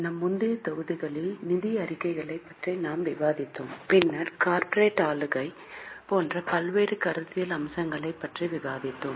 நம் முந்தைய தொகுதிகளில் நிதி அறிக்கைகளைப் பற்றி நாம் விவாதித்தோம் பின்னர் கார்ப்பரேட் ஆளுகை போன்ற பல்வேறு கருத்தியல் அம்சங்களைப் பற்றி விவாதித்தோம்